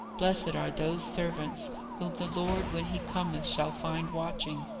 blessed are those servants, whom the lord when he cometh shall find watching.